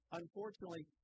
unfortunately